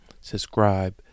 subscribe